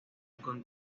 con